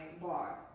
blog